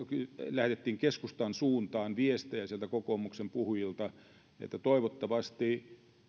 lähetettiin keskustan suuntaan viestejä sieltä kokoomuksen puhujilta että toivottavasti